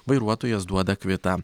vairuotojas duoda kvitą